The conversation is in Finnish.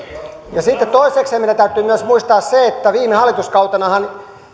sitten toisekseen meidän täytyy myös muistaa se että viime hallituskautenahan